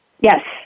Yes